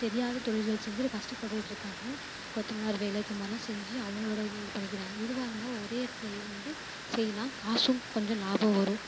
தெரியாத தொழில்கள் செஞ்சுட்டு கஷ்டப்பட்டுட்ருக்காங்க கொத்தனார் வேலை இதுமாதிரில்லாம் செஞ்சு அவங்களோட இது இது பண்ணிக்கிறாங்க இதுவாக இருந்தால் ஒரே இடத்துல இருந்து செய்யலாம் காசும் கொஞ்சம் லாபம் வரும்